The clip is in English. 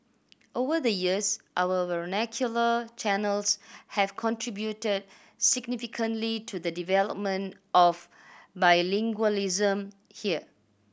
over the years our vernacular channels have contributed significantly to the development of bilingualism here